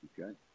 Okay